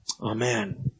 Amen